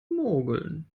mogeln